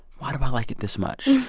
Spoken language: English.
why do i like it this much?